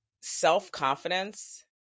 self-confidence